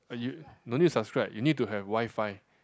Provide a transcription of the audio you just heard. uh no need subscribe you need to have WiFi